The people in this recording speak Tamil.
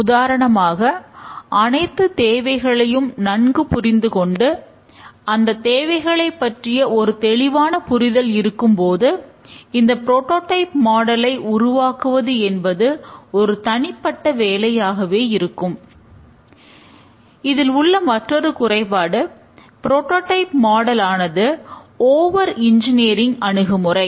உதாரணமாக அனைத்து தேவைகளையும் நன்கு புரிந்து கொண்டு அந்த தேவைகளை பற்றி ஒரு தெளிவான புரிதல் இருக்கும் போது இந்த புரோடோடைப் மாடலை அணுகுமுறை